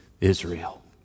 Israel